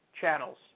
channels